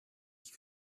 ich